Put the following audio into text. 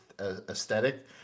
aesthetic